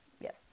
Yes